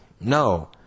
no